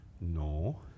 No